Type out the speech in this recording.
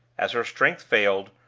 as her strength failed,